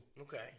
Okay